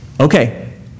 okay